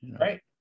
right